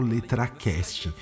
LetraCast